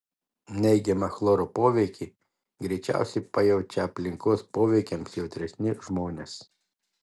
neigiamą chloro poveikį greičiausiai pajaučia aplinkos poveikiams jautresni žmonės